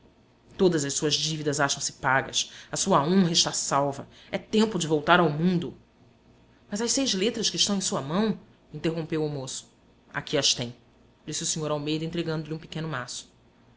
todas as suas dívidas acham se pagas a sua honra está salva é tempo de voltar ao mundo mas as seis letras que estão em sua mão interrompeu o moço aqui as tem disse o sr almeida entregando-lhe um pequeno maço